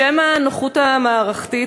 בשם הנוחות המערכתית,